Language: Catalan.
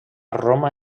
roma